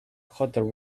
hotter